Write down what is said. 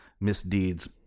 misdeeds